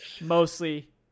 Mostly